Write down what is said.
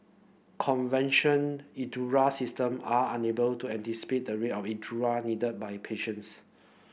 convention system are unable to anticipate the rate of needed by patients